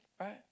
Right